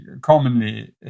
commonly